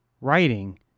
Writing